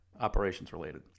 Operations-related